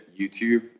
YouTube